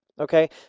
Okay